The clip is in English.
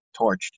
torched